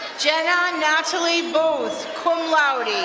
jenna natalie booth, cum laude.